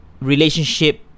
relationship